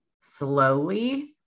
slowly